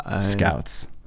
Scouts